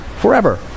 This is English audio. forever